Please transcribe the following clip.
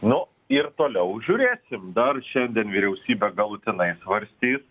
nu ir toliau žiūrėsim dar šiandien vyriausybė galutinai svarstys